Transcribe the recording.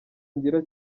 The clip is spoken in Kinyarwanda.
ngira